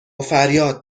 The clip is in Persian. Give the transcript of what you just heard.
فریاد